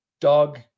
dog